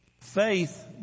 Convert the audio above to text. Faith